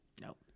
Nope